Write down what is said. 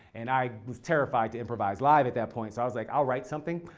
and i was terrified to improvise live at that point, so i was like, i'll write something.